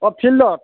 অ' ফিল্ডত